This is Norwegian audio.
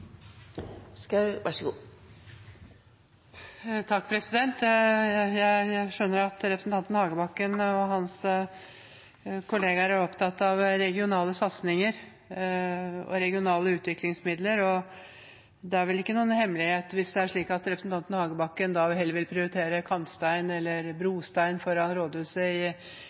Hagebakken og hans kollegaer er opptatt av regionale satsninger og regionale utviklingsmidler. Det er vel ikke noen hemmelighet hvis det er slik at representanten Hagebakken vil prioritere kantstein eller brostein foran rådhuset i